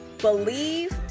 believe